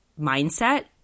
mindset